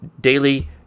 Daily